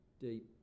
deep